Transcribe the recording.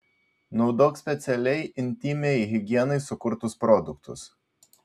naudok specialiai intymiai higienai sukurtus produktus